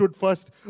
first